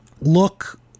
look